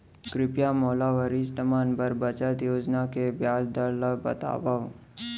कृपया मोला वरिष्ठ मन बर बचत योजना के ब्याज दर ला बतावव